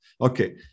Okay